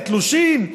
לתלושים.